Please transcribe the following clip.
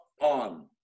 on